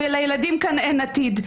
ולילדים כאן אין עתיד.